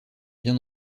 bien